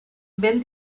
ben